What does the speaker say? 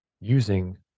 using